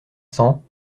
cents